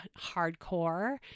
hardcore